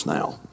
now